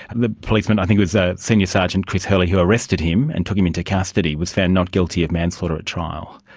the policeman i think was ah senior sergeant chris hurly, who arrested him and took him into custody, was found not guilty of manslaughter at trial.